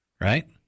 Right